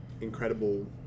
incredible